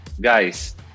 guys